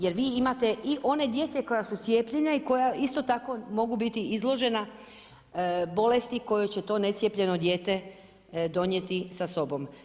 Jer vi imate i one djece koja su cijepljenja i koja isto tako mogu biti izložena bolesti koje će to necijepljeno dijete donijeti sa sobom.